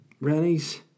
Rennie's